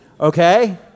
Okay